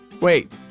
Wait